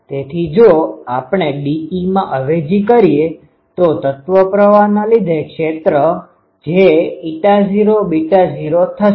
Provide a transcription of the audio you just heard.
તેથી જો આપણે dEમાં અવેજી કરીએ તો તત્વ પ્રવાહના લીધે ક્ષેત્ર jη૦β૦ થશે